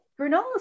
granola